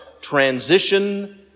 transition